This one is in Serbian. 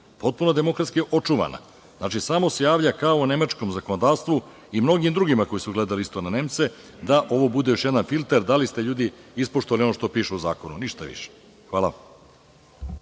potpuno demokratski očuvana. Znači, samo se javlja, kao u nemačkom zakonodavstvu i mnogim drugima koji su gledali isto na Nemce, da ovo bude još jedan filter, da li ste ispoštovali ono što piše u zakonu i ništa više. Hvala